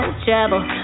trouble